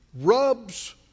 Rubs